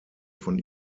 von